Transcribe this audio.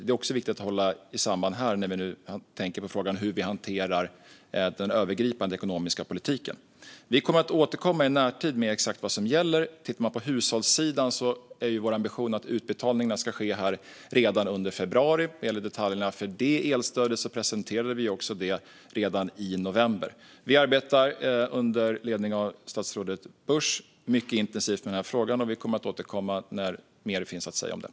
Det är också viktigt att ta med när vi tänker på hur vi hanterar den övergripande ekonomiska politiken. Vi kommer att återkomma i närtid med exakt vad som gäller. På hushållssidan är vår ambition att utbetalningarna ska ske redan under februari. Detaljerna för det elstödet presenterades redan i november. Under ledning av statsrådet Busch arbetar vi intensivt med frågan, och vi återkommer när det finns mer att säga.